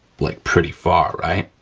like pretty far, right?